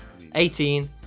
18